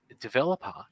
developer